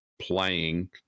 playing